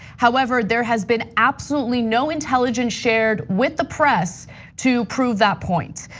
however, there has been absolutely no intelligence shared with the press to prove that point.